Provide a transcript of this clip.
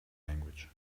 language